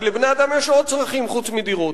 כי לבני-אדם יש עוד צרכים חוץ מדירות.